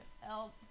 help